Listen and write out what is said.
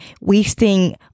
wasting